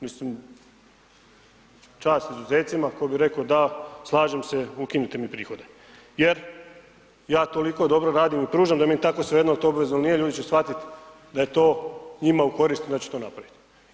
Mislim, čast izuzecima, tko bi rekao da slažem se, ukinute mi prihode jer ja toliko dobro radim i pružam da mi je tako svejedno jel to obvezno ili nije, ljudi će shvatiti da je to njima u korist da će to napravit.